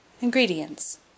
Ingredients